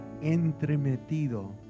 entremetido